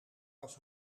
was